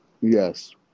Yes